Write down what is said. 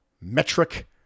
metric